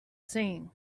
saying